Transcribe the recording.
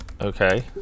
Okay